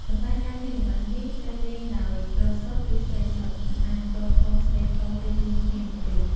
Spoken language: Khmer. ប៉ុន្តែការលេងល្បែងនេះ ត្រូវលេងដោយប្រុសសុទ្ធ ឬស្រីសុទ្ធ មិនអាចប្រុសផងស្រីផងលេងរួមគ្នានោះទេ។